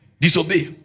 Disobey